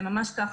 זה ממש ככה.